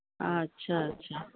ଆଚ୍ଛା ଆଚ୍ଛା